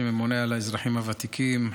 שממונה על האזרחים הוותיקים,